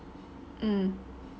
mm